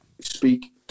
speak